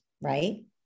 right